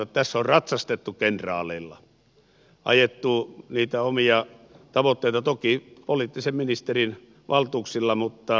tässä on ratsastettu kenraaleilla ajettu niitä omia tavoitteita toki poliittisen ministerin valtuuksilla mutta peittelemällä